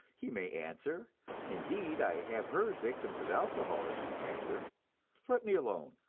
he may answer indeed, i have heard victims of alcoholism answer let me alone.